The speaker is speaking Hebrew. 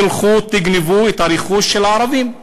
תלכו תגנבו את הרכוש של הערבים.